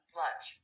lunch